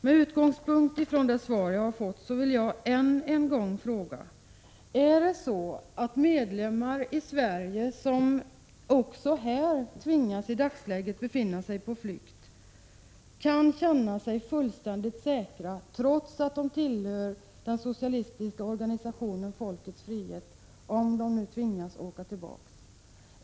Med utgångspunkt från det svar jag har fått vill jag än en gång fråga: Kan kurder i Sverige, som i dagsläget tvingas befinna sig på flykt också här, känna sig fullständigt säkra trots att de tillhör den socialistiska organisationen Folkets frihet, om de nu tvingas åka tillbaka till Turkiet?